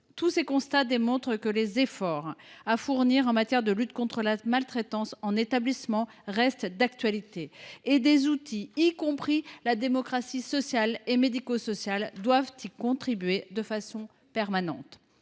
Tous ces constats démontrent que les efforts à fournir en matière de lutte contre la maltraitance en établissement restent d’actualité et que des outils, y compris de démocratie sociale et médico sociale, doivent y contribuer de façon permanente.